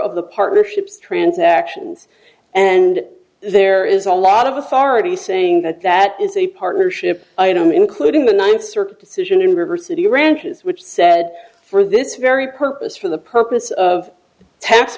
of the partnerships transactions and there is a lot of authority saying that that is a partnership including the ninth circuit decision in reverse of the ranters which said for this very purpose for the purpose of tax